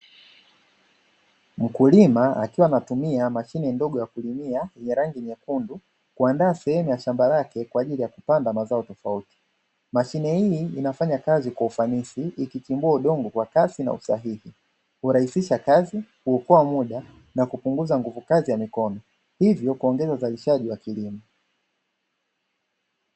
Mkulima akiwa anatumia mashine ndogo ya kulimia yenye rangi nyekundu kuandaa sehemu ya shamba lake kwa ajili ya kupanda mazao tofauti. Mashine hii inafanya kazi kwa ufanisi, ikichimbua udongo kwa kasi na usahihi. Hurahisisha kazi, huokoa muda, na kupunguza nguvu kazi ya mikono, hivyo kuongeza uzalishaji wa kilimo.